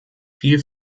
viel